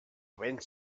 went